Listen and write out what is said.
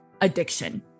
addiction